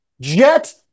Jet